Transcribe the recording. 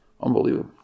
Unbelievable